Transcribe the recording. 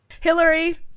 Hillary